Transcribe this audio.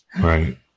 Right